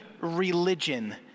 religion